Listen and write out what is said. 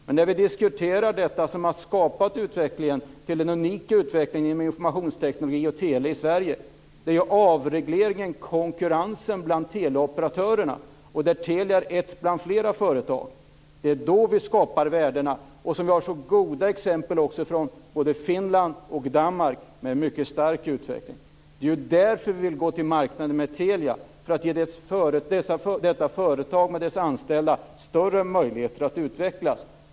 Men när vi diskuterar det som har skapat den unika utvecklingen inom informationsteknologi och tele i Sverige är det avregleringen och konkurrensen bland teleoperatörerna, där Telia är ett bland flera företag, som har skapat värdena. Vi har också goda exempel från både Finland och Danmark med en mycket stark utveckling. Det är ju därför som vi vill gå till marknaden med Telia, för att ge detta företag med dess anställda större möjligheter att utvecklas.